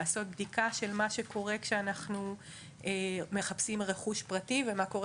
לעשות בדיקה של מה שקורה כשאנחנו מחפשים רכוש פרטי ומה קורה